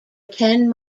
ten